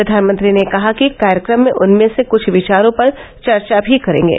प्रधानमंत्री ने कहा कि कार्यक्रम में उनमें से क्छ विचारों पर चर्चा भी करेंगे